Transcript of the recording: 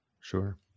Sure